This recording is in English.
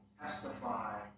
testify